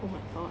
oh my god